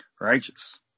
Righteous